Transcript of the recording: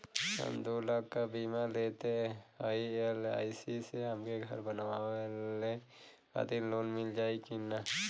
हम दूलाख क बीमा लेले हई एल.आई.सी से हमके घर बनवावे खातिर लोन मिल जाई कि ना?